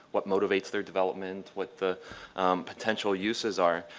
what motivates their development with the potential uses are.